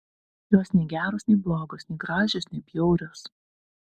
jos nei geros nei blogos nei gražios nei bjaurios